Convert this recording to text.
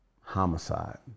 homicide